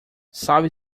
salve